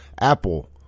Apple